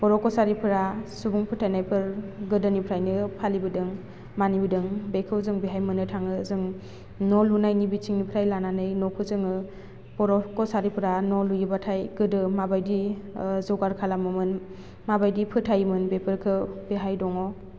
बर' कचारिफोरा सुबुं फोथायनायफोर गोदोनिफ्रायनो फालिबोदों मानिबोदों बेखौ जों बेहाय मोन्नो थाङो जों न' लुनायनि बिथिंनिफ्राय लानानै न'खौ जोङो बर' कचारिफोरा न' लुयोबाथाय गोदो माबादि ओह जगार खालामोमोन माबादि फोथायोमोन बेफोरखौ बेहाय दङ